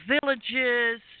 villages